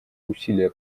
усилия